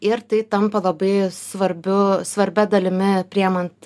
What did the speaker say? ir tai tampa labai svarbiu svarbia dalimi priėmant